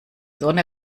sonne